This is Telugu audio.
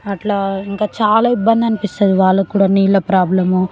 అట్లా ఇంకా చాలా ఇబ్బంది అనిపిస్తుంది వాళ్ళకి కూడా నీళ్ల ప్రాబ్లము